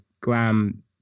glam